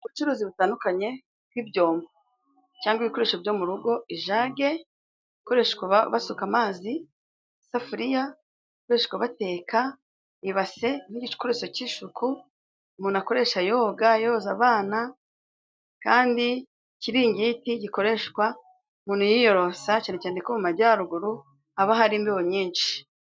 Ubucuruzi butandukanye bw'ibyombo cyangwa ibikoresho byo mu rugo, ijage ikoreshwa basuka amazi, isafuriya ikoreswa bateka, ibase ni igikoresho cy'isuku umuntu akoresha yoga, yoza abana, kandi ikiringiti gikoreshwa umuntu yiyorosa cyane ko mu majaruguru haba hari imbeho nyinshi.